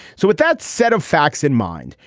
so with that set of facts in mind,